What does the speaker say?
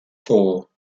four